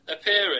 appearing